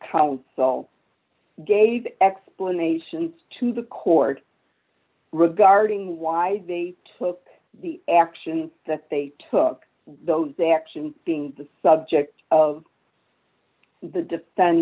counsel gave explanations to the court regarding why they took the action that they took those actions being the subject of the defend